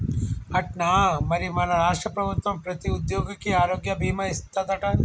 అట్నా మరి మన రాష్ట్ర ప్రభుత్వం ప్రతి ఉద్యోగికి ఆరోగ్య భీమా ఇస్తాదట